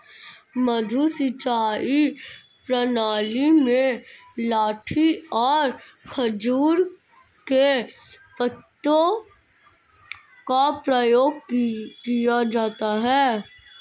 मद्दू सिंचाई प्रणाली में लाठी और खजूर के पत्तों का प्रयोग किया जाता है